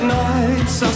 nights